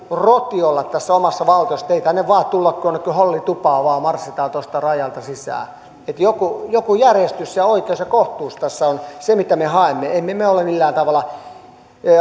roti olla tässä omassa valtiossa että ei tänne tulla vaan kuin jonnekin hollitupaan marssitaan vaan tuosta rajalta sisään että joku joku järjestys ja ja oikeus ja kohtuus tässä on se mitä me haemme emme me me ole millään tavalla